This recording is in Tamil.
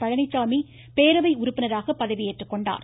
பழனிசாமி பேரவை உறுப்பினராக பதவியேற்றுக்கொண்டார்